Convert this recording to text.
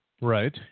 Right